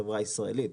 חברה ישראלית.